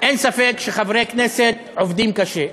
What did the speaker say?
אין ספק שחברי כנסת עובדים קשה.